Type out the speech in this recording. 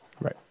Right